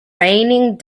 raining